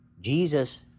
Jesus